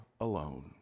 alone